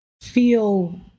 feel